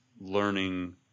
learning